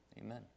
amen